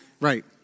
Right